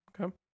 Okay